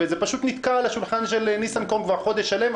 וזה פשוט נתקע על השולחן של ניסנקורן כבר חודש שלם,